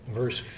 verse